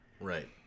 Right